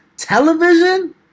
Television